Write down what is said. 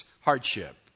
hardship